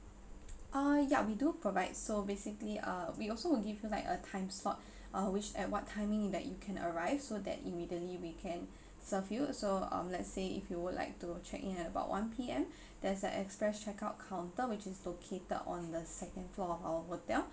uh ya we do provide so basically uh we also will give you like a time slot uh which at what timing that you can arrive so that immediately we can serve you uh so um let's say if you would like to check in at about one P_M there's a express checkout counter which is located on the second floor of our hotel